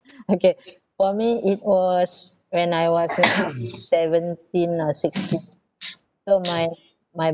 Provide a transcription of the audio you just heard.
okay for me it was when I was seventeen or sixteen so my my